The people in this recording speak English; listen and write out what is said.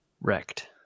Wrecked